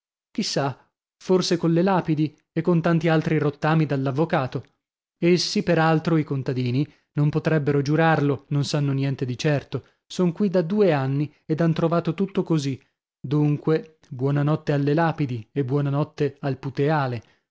sa forse colle lapidi e con tanti altri rottami dall'avvocato essi per altro i contadini non potrebbero giurarlo non sanno niente di certo son qui da due anni ed han trovato tutto così dunque buona notte alle lapidi e buona notte al puteale